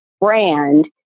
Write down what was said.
brand